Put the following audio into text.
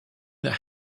that